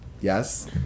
yes